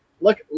look